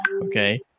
Okay